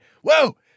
whoa